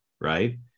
right